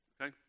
okay